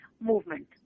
movement